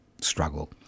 struggle